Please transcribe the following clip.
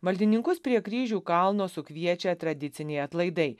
maldininkus prie kryžių kalno sukviečia tradiciniai atlaidai